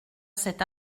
cet